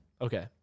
Okay